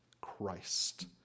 Christ